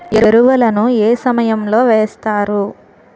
ఎరువుల ను ఏ సమయం లో వేస్తారు?